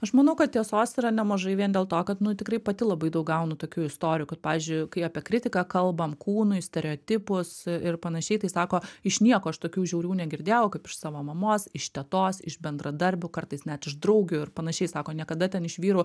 aš manau kad tiesos yra nemažai vien dėl to kad nu tikrai pati labai daug gaunu tokių istorijų kad pavyzdžiui kai apie kritiką kalbam kūnui stereotipus ir panašiai tai sako iš nieko aš tokių žiaurių negirdėjau kaip iš savo mamos iš tetos iš bendradarbių kartais net iš draugių ir panašiai sako niekada ten iš vyrų